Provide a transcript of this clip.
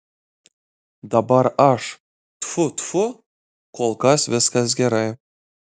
dabar aš tfu tfu kol kas viskas gerai